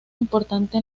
importante